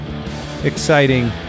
exciting